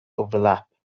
overlap